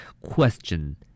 Question